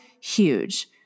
huge